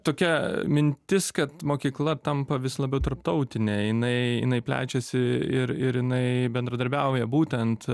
tokia mintis kad mokykla tampa vis labiau tarptautine jinai jinai plečiasi ir ir jinai bendradarbiauja būtent